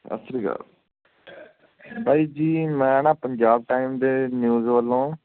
ਸਤਿ ਸ਼੍ਰੀ ਅਕਾਲ ਬਾਈ ਜੀ ਮੈਂ ਨਾ ਪੰਜਾਬ ਟਾਈਮ ਦੇ ਨਿਊਜ਼ ਵੱਲੋਂ